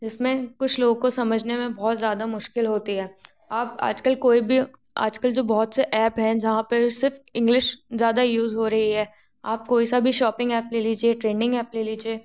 जिसमें कुछ लोगों को समझने में बहुत ज़्यादा मुश्किल होती है अब आज कल कोई भी आज कल बहुत से ऐप है जहाँ पर सिर्फ इंग्लिश ज़्यादा यूज़ हो रही है आप कोई सा भी शॉपिंग ऐप ले लीजिए ट्रेंडिंग एप ले लीजिए